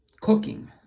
cooking